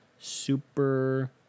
Super